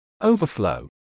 Overflow